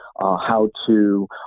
how-to